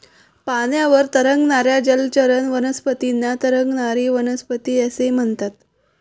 पाण्यावर तरंगणाऱ्या जलचर वनस्पतींना तरंगणारी वनस्पती असे म्हणतात